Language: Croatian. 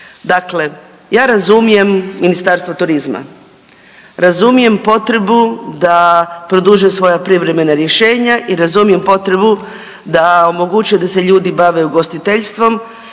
Dakle, ja razumijem Ministarstvo turizma, razumijem potrebu da produžuje svoja privremena rješenja i razumijem potrebu da omogućuju da se ljudi bave ugostiteljstvom